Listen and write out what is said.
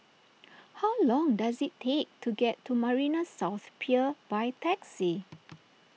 how long does it take to get to Marina South Pier by taxi